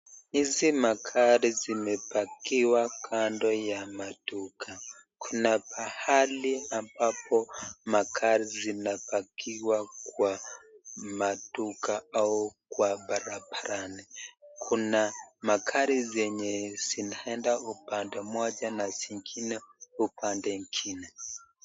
Hizi magari zimepakiwa kando ya maduka . Kuna pahali ambapo magari zinapakiwa kwa maduka au kwa barabarani . Kuna magari zenye zinaenda upande moja na zingine upande ingine.